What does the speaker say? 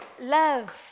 love